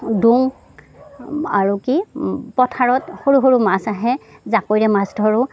ডোং আৰু কি পথাৰত সৰু সৰু মাছ আহে জাকৈৰে মাছ ধৰোঁ